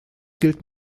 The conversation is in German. gilt